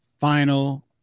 final